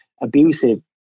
abusive